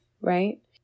right